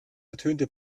ertönte